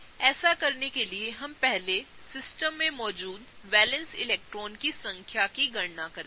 ऐसा करने के लिए हम पहले सिस्टम में मौजूद वैलेंस इलेक्ट्रॉनों की संख्या की गणना करते हैं